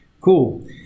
Cool